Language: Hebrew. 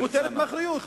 היא פוטרת מאחריות,